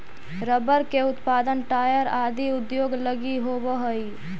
rubber के उत्पादन tyre आदि उद्योग लगी होवऽ हइ